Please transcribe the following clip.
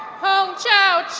hongqiao